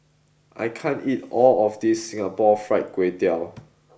I can't eat all of this Singapore Fried Kway Tiao